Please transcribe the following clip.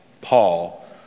Paul